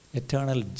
eternal